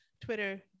Twitter